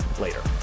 later